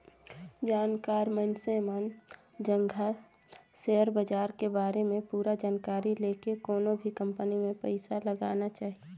जानकार मइनसे मन जघा सेयर बाजार के बारे में पूरा जानकारी लेके कोनो भी कंपनी मे पइसा लगाना चाही